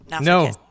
no